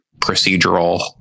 procedural